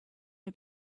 may